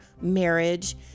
marriage